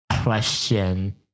question